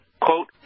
quote